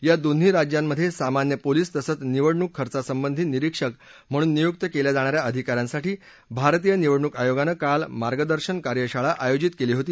या दोन्ही राज्यांमध्ये सामान्य पोलीस तसंच निवडणूक खर्चासंबंधी निरीक्षक म्हणून नियुक्त केल्या जाणाऱ्या अधिकाऱ्यांसाठी भारतीय निवडणूक आयोगानं काल मार्गदर्शन कार्यशाळा आयोजित केली होती